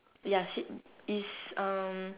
ya cit~ is um